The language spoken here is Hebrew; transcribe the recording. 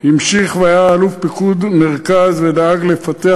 המשיך והיה אלוף פיקוד המרכז ודאג לפתח